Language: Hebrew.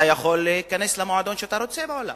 אתה יכול להיכנס למועדון שאתה רוצה בעולם.